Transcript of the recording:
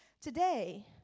Today